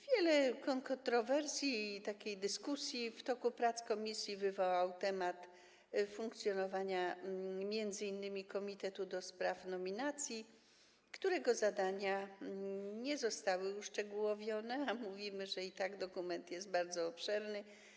Wiele kontrowersji i dyskusji w toku prac w komisji wywołał temat funkcjonowania m.in. komitetu do spraw nominacji, którego zadania nie zostały uszczegółowione, a mówimy, że i tak dokument jest bardzo obszerny.